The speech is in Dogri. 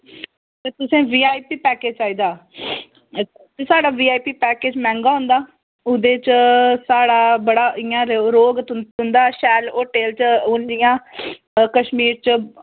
ते तुसेंई वीआईपी पैकेज चाहिदा ते साढ़ा वीआईपी पैकेज मैंह्गा होंदा ओह्दे च साढ़ा बड़ा इ'यां रौह्ग रौह्ग तुं'दा शैल होटल च हून जि'यां कशमीर च